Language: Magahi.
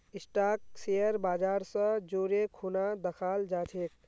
स्टाक शेयर बाजर स जोरे खूना दखाल जा छेक